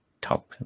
top